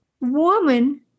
woman